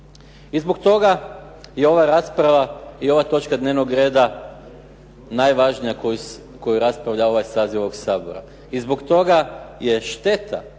I zbog toga je ova rasprava i ova točka dnevnog reda najvažnija koju raspravlja ovaj saziv ovoga Sabora. I zbog toga je šteta